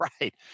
right